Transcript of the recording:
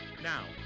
Now